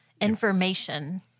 information